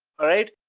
alright?